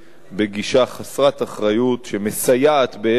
גישה חסרת אחריות שמסייעת בעצם